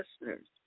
listeners